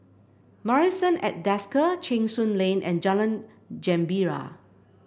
Marrison at Desker Cheng Soon Lane and Jalan Gembira